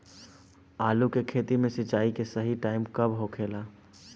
आलू के खेती मे सिंचाई के सही टाइम कब होखे ला?